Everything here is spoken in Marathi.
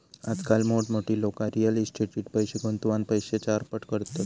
आजकाल मोठमोठी लोका रियल इस्टेटीट पैशे गुंतवान पैशे चारपट करतत